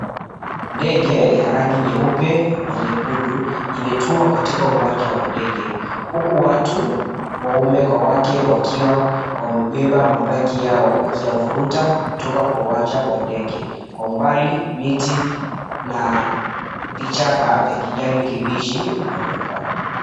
Ndege ya rangi nyeupe na nyekundu imetua katika uwanja wa ndege huku watu waume kwa wake wakiwa wamebeba mabagi yao wakiyavuruta kutoka kwa uwanja wa ndege, kwa mbali miti na vichaka vya kijani kibichi vinaonekana.